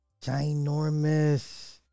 Ginormous